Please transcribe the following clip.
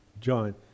John